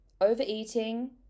overeating